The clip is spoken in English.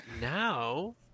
now